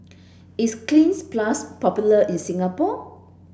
is Cleanz plus popular in Singapore